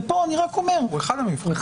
ופה אני רק אומר -- הוא אחד המבחנים.